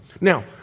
Now